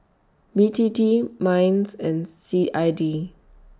B T T Minds and C I D